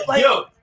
Yo